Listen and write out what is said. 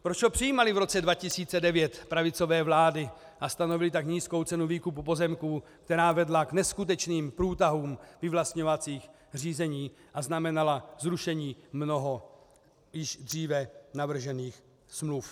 Proč ho přijímaly v roce 2009 pravicové vlády a stanovily tak nízkou cenu výkupu pozemků, která vedla k neskutečným průtahům vyvlastňovacích řízení a znamenala zrušení mnoha již dříve navržených smluv?